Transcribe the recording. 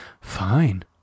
Fine